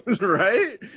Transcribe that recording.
right